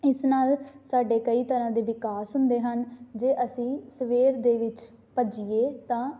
ਇਸ ਨਾਲ ਸਾਡੇ ਕਈ ਤਰ੍ਹਾਂ ਦੇ ਵਿਕਾਸ ਹੁੰਦੇ ਹਨ ਜੇ ਅਸੀਂ ਸਵੇਰ ਦੇ ਵਿੱਚ ਭੱਜੀਏ ਤਾਂ